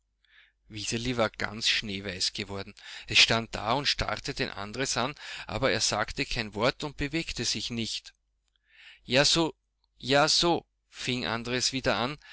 war ganz schneeweiß geworden es stand da und starrte den andres an aber es sagte kein wort und bewegte sich nicht ja so ja so fing andres wieder an